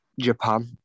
Japan